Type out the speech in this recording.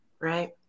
Right